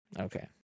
Okay